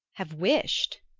have wished?